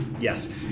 Yes